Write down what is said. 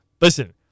listen